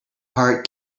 heart